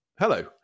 Hello